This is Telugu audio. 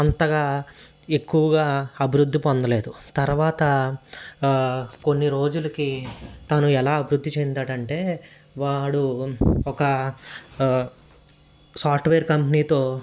అంతగా ఎక్కువగా అభివృద్ధి పొందలేదు తరువాత కొన్ని రోజులకి తను ఎలా అభివృద్ధి చెందాడంటే వాడు ఒక సాఫ్ట్వేర్ కంపెనీతో